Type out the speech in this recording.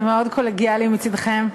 מאוד קולגיאלי מצדכם.